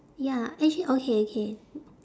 ya actually okay okay